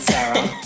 Sarah